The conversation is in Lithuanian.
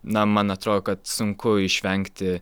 na man atrodo kad sunku išvengti